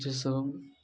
जाहिसँ